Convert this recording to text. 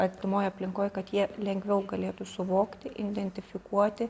artimoj aplinkoj kad jie lengviau galėtų suvokti indentifikuoti